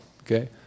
okay